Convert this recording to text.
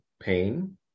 pain